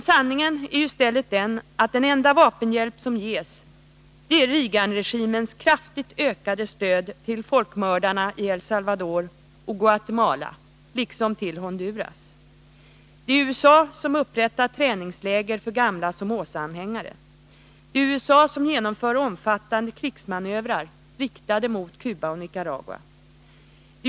Sanningen är i stället den att den enda vapenhjälp som ges är Reaganregimens kraftigt ökade stöd till folkmördarna i El Salvador och Guatemala, liksom till Honduras. Det är USA som upprättar träningsläger för gamla Somozaanhängare. Det är USA som genomför omfattande krigsmanövrar riktade mot Cuba och Nicaragua.